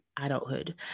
adulthood